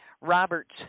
Roberts